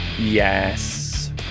yes